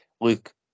look